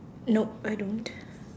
nope I don't